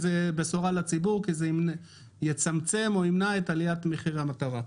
זה בשורה לציבור כי זה יצמצם או ימנע את עליית מחיר המטרה.